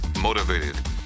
motivated